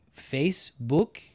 Facebook